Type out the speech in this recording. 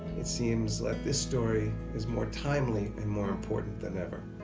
it seems like this story is more timely and more important than ever.